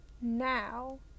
Now